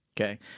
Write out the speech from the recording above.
Okay